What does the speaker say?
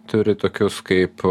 turi tokius kaip